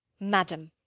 madam,